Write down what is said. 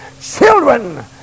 children